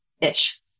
Ish